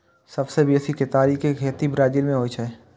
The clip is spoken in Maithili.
सबसं बेसी केतारी के खेती ब्राजील मे होइ छै